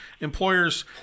employers